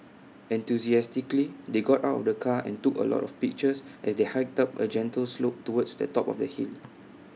enthusiastically they got out of the car and took A lot of pictures as they hiked up A gentle slope towards the top of the hill